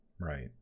Right